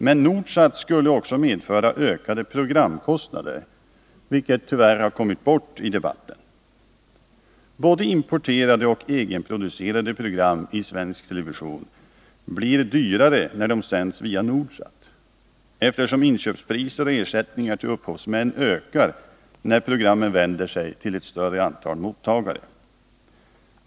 Men Nordsat skulle också medföra ökade programkostnader, vilket tyvärr har kommit bort i debatten. Både importerade och egenproducerade program i svensk TV blir dyrare när de sänds via Nordsat, eftersom inköpspriser och ersättningar till upphovsmän ökar när programmen vänder sig till ett större antal mottagare.